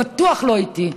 בטוח לא איתי.